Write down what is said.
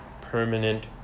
permanent